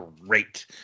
great